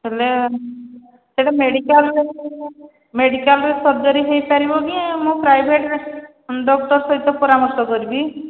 ହେଲେ ସେଟା ମେଡିକାଲରେ ମେଡିକାଲରେ ସର୍ଜରୀ ହୋଇପାରିବ କି ମୁଁ ପ୍ରାଇଭେଟ ଡକ୍ଟର ସହିତ ପରାମର୍ଶ କରିବି